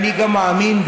אני גם מאמין,